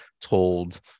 told